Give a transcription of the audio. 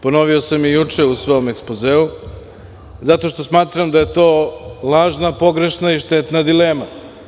Ponovio sam i juče u svom ekspozeu, zato što smatram da je to lažna, pogrešna i štetna dilema.